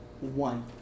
one